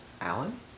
Alan